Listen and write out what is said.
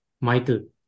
Michael